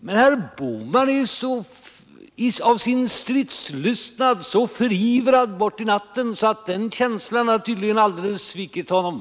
Men herr Bohman i sin stridslystnad är så förirrad bort i natten att den känslan alldeles har svikit honom.